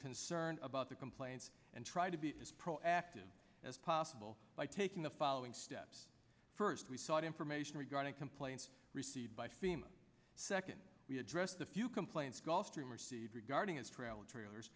concerned about the complaints and try to be as proactive as possible by taking the following steps first we sought information regarding complaints received by fema second we addressed the few complaints gulfstream received regarding its travel trailers